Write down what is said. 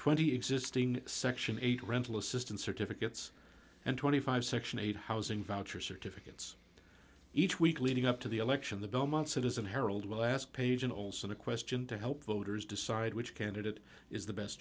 twenty existing section eight rental assistance certificates and twenty five section eight housing voucher certificates each week leading up to the election the belmont citizen herald will ask page and olsen a question to help voters decide which candidate is the best